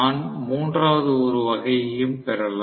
நான் மூன்றாவது ஒரு வகையையும் பெறலாம்